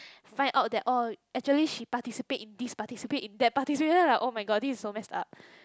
find out that oh actually she participate in this participate in that participated like oh-my-god this is so messed up